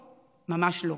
ממש לא,